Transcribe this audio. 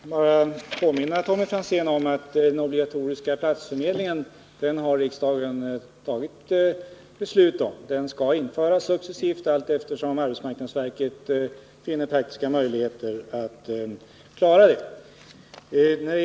Herr talman! Jag vill påminna Tommy Franzén om att riksdagen har fattat beslut om den obligatoriska platsförmedlingen. Den skall införas successivt allteftersom arbetsmarknadsverket finner praktiska möjligheter till det.